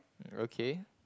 okay